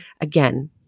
again